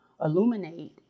illuminate